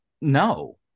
No